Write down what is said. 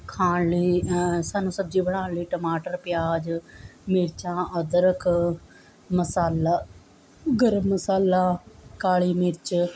ਖਾਣ ਲਈ ਸਾਨੂੰ ਸਬਜ਼ੀ ਬਣਾਉਣ ਲਈ ਟਮਾਟਰ ਪਿਆਜ਼ ਮਿਰਚਾਂ ਅਦਰਕ ਮਸਾਲਾ ਗਰਮ ਮਸਾਲਾ ਕਾਲੀ ਮਿਰਚ